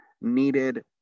needed